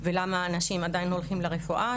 כולנו צריכים עוד מקומות עבודה בנגב,